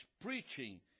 preaching